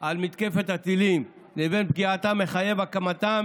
על מתקפת הטילים לבין פגיעתה מחייב הקמתם